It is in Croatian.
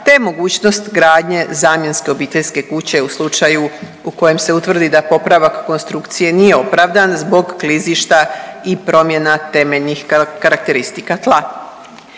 te mogućnost gradnje zamjenske obiteljske kuće u slučaju u kojem se utvrdi da popravak konstrukcije nije opravdan zbog klizišta i promjena temeljnih karakteristika tla.